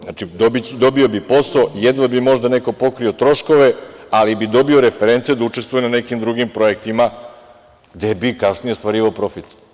Znači, dobio bi posao, jedva bi možda neko pokrio troškove, ali bi dobio reference da učestvuje na nekim drugim projektima gde bi kasnije ostvarivao profit.